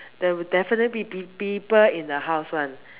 there will definitely be people in the house [one]